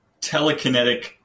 telekinetic